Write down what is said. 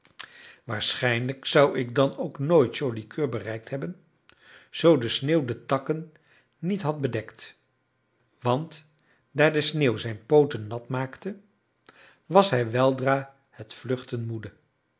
waarschijnlijk zou ik dan ook nooit joli coeur bereikt hebben zoo de sneeuw de takken niet had bedekt want daar die sneeuw zijn pooten nat maakte was hij weldra het vluchten moede